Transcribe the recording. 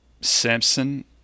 Samson